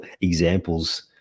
examples